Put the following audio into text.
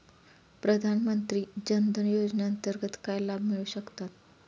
प्रधानमंत्री जनधन योजनेअंतर्गत काय लाभ मिळू शकतात?